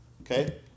Okay